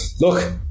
look